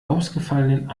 ausgefallenen